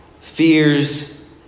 Fears